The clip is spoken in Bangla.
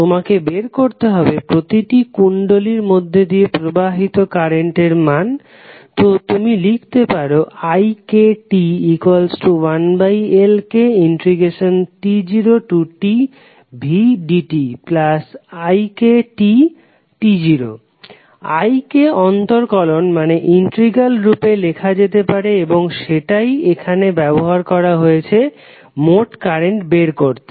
তোমাকে বের করতে হবে প্রতিটি কুণ্ডলীর মধ্যে দিয়ে প্রবাহিত কারেন্টের মান তো তুমি লিখতে পারো ikt1Lkt0tvdtik I কে অন্তরকলনের রূপে লেখা যেতে পারে এবং সেটাই এখানে ব্যবহার করা হয়েছে মোট কারেন্ট বের করতে